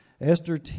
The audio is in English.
Esther